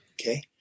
okay